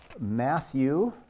Matthew